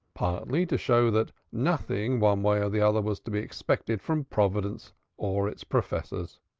partly to show that nothing one way or the other was to be expected from providence or its professors.